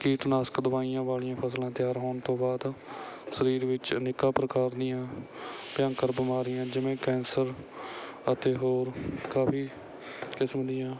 ਕੀਟਨਾਸ਼ਕ ਦਵਾਈਆਂ ਵਾਲੀਆਂ ਫਸਲਾਂ ਤਿਆਰ ਹੋਣ ਤੋਂ ਬਾਅਦ ਸਰੀਰ ਵਿੱਚ ਅਨੇਕਾਂ ਪ੍ਰਕਾਰ ਦੀਆਂ ਭਿਅੰਕਰ ਬਿਮਾਰੀਆਂ ਜਿਵੇਂ ਕੈਂਸਰ ਅਤੇ ਹੋਰ ਕਾਫੀ ਕਿਸਮ ਦੀਆਂ